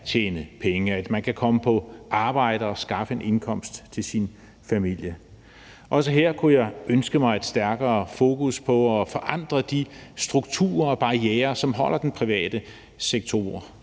tjene penge, at man kan komme på arbejde og skaffe en indkomst til sin familie. Også her kunne jeg ønske mig et stærkere fokus på at forandre de strukturer og barrierer, som holder den private sektor